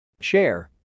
share